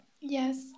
yes